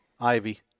Ivy